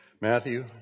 Matthew